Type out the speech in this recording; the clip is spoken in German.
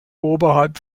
oberhalb